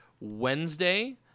Wednesday